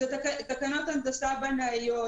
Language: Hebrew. את תקנות הנדסה בנאיות,